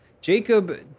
Jacob